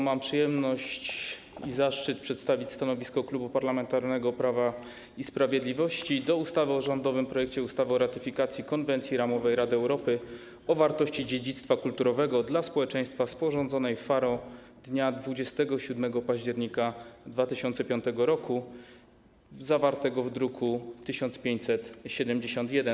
Mam przyjemność i zaszczyt przedstawić stanowisko Klubu Parlamentarnego Prawo i Sprawiedliwość w sprawie rządowego projektu ustawy o ratyfikacji Konwencji ramowej Rady Europy o wartości dziedzictwa kulturowego dla społeczeństwa, sporządzonej w Faro dnia 27 października 2005 r., zawartego w druku nr 1571.